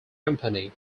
company